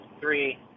three